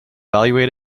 evaluate